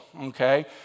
okay